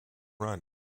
run